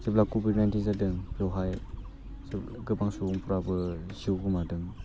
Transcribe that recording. जेब्ला covid nineteen जादों बेवहाय गोबां सुबुंफ्राबो जिउ गोमादों